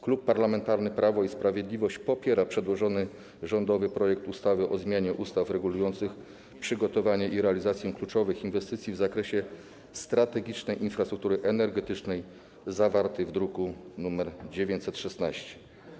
Klub Parlamentarny Prawo i Sprawiedliwość popiera przedłożony rządowy projekt ustawy o zmianie ustaw regulujących przygotowanie i realizację kluczowych inwestycji w zakresie strategicznej infrastruktury energetycznej, zawarty w druku nr 916.